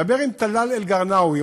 דבר עם טלאל אלקרינאוי,